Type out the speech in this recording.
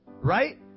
right